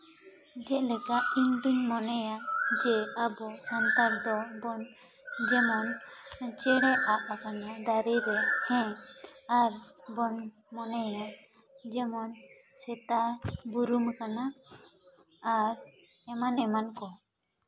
ᱡᱮᱞᱮᱠᱟ ᱤᱧᱫᱩᱧ ᱢᱚᱱᱮᱭᱟ ᱡᱮ ᱟᱵᱚ ᱥᱟᱱᱛᱟᱲ ᱫᱚᱵᱚᱱ ᱡᱮᱢᱚᱱ ᱪᱮᱬᱮ ᱟᱵ ᱠᱟᱱᱟᱭ ᱫᱟᱨᱮ ᱨᱮ ᱦᱮᱸ ᱟᱨᱵᱚᱱ ᱢᱚᱱᱮᱭᱟ ᱟᱨ ᱡᱮᱢᱚᱱ ᱥᱮᱛᱟ ᱵᱩᱨᱩᱢ ᱠᱟᱱᱟ ᱟᱨ ᱮᱢᱟᱱ ᱮᱢᱟᱱ ᱠᱚ